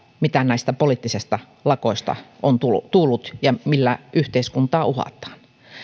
mitä näistä poliittisista lakoista on tullut tullut ja millä yhteiskuntaa uhataan